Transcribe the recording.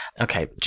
okay